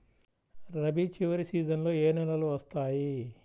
రబీ చివరి సీజన్లో ఏ నెలలు వస్తాయి?